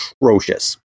atrocious